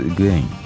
Again